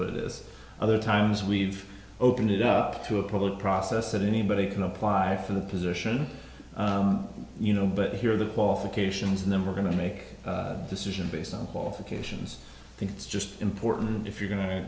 what this other times we've opened it up to a public process that anybody can apply for the position you know but here are the qualifications and then we're going to make a decision based on qualifications i think it's just important if you're going to